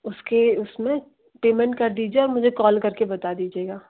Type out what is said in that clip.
उसके उसमें पेमेंट कर दीजिए और मुझे कॉल करके बता दीजिएगा